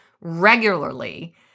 regularly